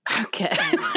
okay